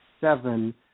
seven